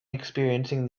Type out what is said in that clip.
experiencing